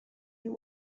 you